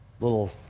little